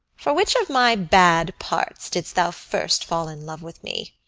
for which of my bad parts didst thou first fall in love with me?